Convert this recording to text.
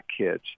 kids